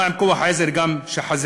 מה עם כוח העזר, שגם חסר?